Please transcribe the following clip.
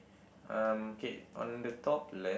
um K on the top le~